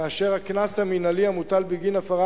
כאשר הקנס המינהלי המוטל בגין הפרת